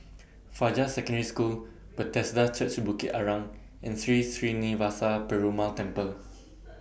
Fajar Secondary School Bethesda Church Bukit Arang and Sri Srinivasa Perumal Temple